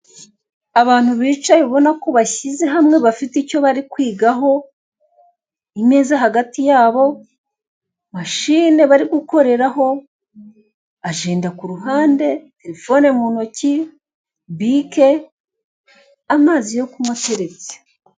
Abantu bicaye ubona ko bashyize hamwe bafite icyo bari kwigaho, imeza hagati yabo, mashine bari gukoreraho, ajenda ku ruhande, telefone mu ntoki, bike, amazi yo kunywa ateretse.